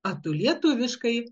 a tu lietuviškai